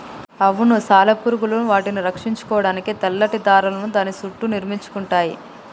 అవును సాలెపురుగులు వాటిని రక్షించుకోడానికి తెల్లటి దారాలను దాని సుట్టూ నిర్మించుకుంటయ్యి